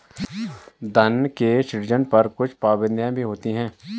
धन के सृजन पर कुछ पाबंदियाँ भी होती हैं